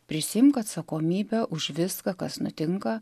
prisiimk atsakomybę už viską kas nutinka